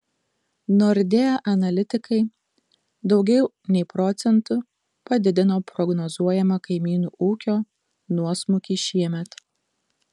nordea analitikai daugiau nei procentu padidino prognozuojamą kaimynų ūkio nuosmukį šiemet